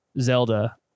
Zelda